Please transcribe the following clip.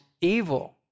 evil